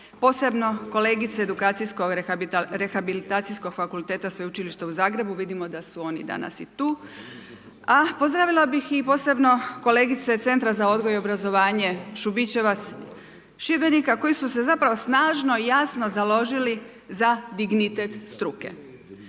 posebno kolegice Edukacijsko rehabilitacijskog fakulteta Sveučilišta u Zagrebu. Vidimo da su oni danas i tu. A pozdravila bih i posebno kolegice Centra za odgoj i obrazovanje Šubićevac iz Šibenika, koji su se zapravo snažno i jasno založili za dignitet struke